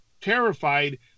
terrified